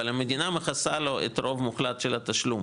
אבל המדינה מכסה לו את רוב המוחלט של התשלום